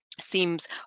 seems